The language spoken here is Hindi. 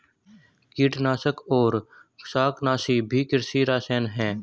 कीटनाशक और शाकनाशी भी कृषि रसायन हैं